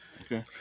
Okay